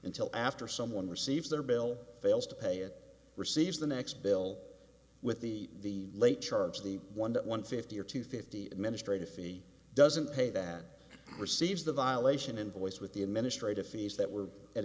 until after someone receives their bill fails to pay it receives the next bill with the late charge the one that one fifty or two fifty administrative fee doesn't pay that receives the violation invoice with the administrative fees that were a